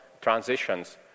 transitions